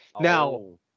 now